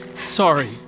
sorry